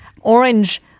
orange